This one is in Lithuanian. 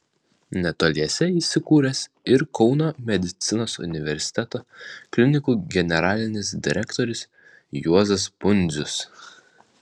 netoliese įsikūręs ir kauno medicinos universiteto klinikų generalinis direktorius juozas pundzius